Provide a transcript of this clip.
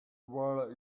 will